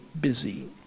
busy